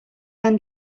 men